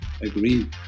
agree